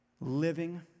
Living